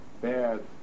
bad